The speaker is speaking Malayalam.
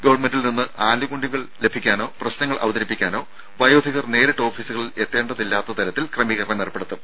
ഗവൺമെന്റിൽ നിന്ന് ആനുകൂല്യങ്ങൾ ലഭിക്കാനോ പ്രശ്നങ്ങൾ അവതരിപ്പിക്കാനോ വയോധികർ നേരിട്ട് ഓഫീസുകളിൽ എത്തേണ്ടതില്ലാത്ത തരത്തിൽ ക്രമീകരണം ഏർപ്പെടുത്തും